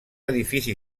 edifici